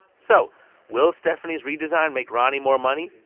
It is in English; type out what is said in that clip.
so will stephani's redesign make roni more money,